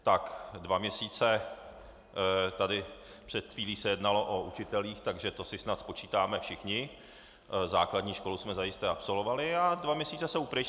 Tak dva měsíce tady před chvílí se jednalo o učitelích, takže to si snad spočítáme všichni, základní školu jsme zajisté absolvovali a dva měsíce jsou pryč.